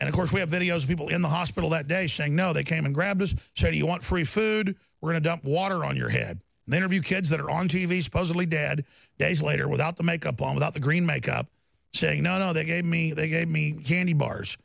and of course we have videos of people in the hospital that day saying no they came and grabbed this child you want free food were to dump water on your head there are a few kids that are on t v supposedly dad days later without the makeup on without the green make up saying no no they gave me they gave me candy bars